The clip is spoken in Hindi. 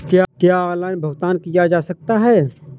क्या ऑनलाइन भुगतान किया जा सकता है?